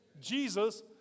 Jesus